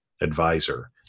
advisor